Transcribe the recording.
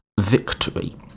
victory